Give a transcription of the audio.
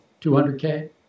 200K